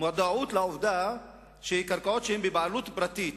מודעות לעובדה שקרקעות שהן בבעלות פרטית